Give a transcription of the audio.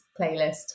playlist